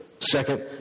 second